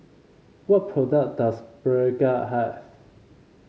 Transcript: what product does Pregain have